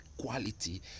quality